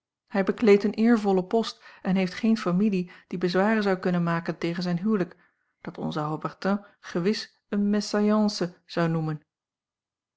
hij bekleedt een eervollen post en heeft geen familie die bezwaren zou kunnen maken tegen zijn huwelijk dat onze haubertin gewis eene mésalliance zou noemen